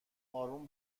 آروم